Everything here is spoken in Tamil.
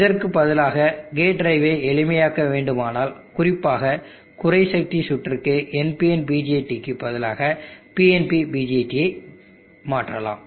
இதற்கு பதிலாக கேட் டிரைவை எளிமையாக்க வேண்டுமானால் குறிப்பாக குறை சக்தி சுற்றுக்கு NPN BJT க்கு பதிலாக PNP BJT ஐ மாற்றலாம்